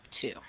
two